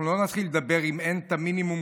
אנחנו לא נתחיל לדבר אם אין את מינימום